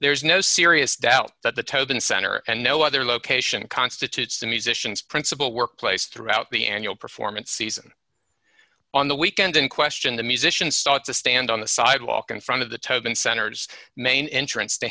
there is no serious doubt that the tobin center and no other location constitutes the musicians principal work place throughout the annual performance season on the weekend in question the musicians start to stand on the sidewalk in front of the tobin center's main entrance to